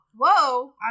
Whoa